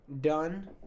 done